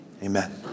Amen